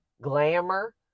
Glamour